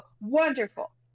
Wonderful